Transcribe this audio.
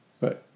Right